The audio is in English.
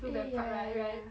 eh ya ya ya